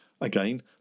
Again